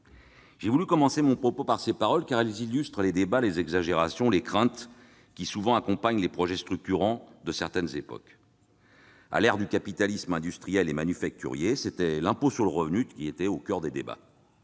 J'ai souhaité entamer mon intervention par ces propos, car ils illustrent les débats, les exagérations, les craintes qui, souvent, accompagnent les projets structurants de certaines époques. À l'ère du capitalisme industriel et manufacturier, c'était l'impôt sur le revenu qui était au coeur des débats.